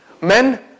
Men